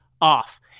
off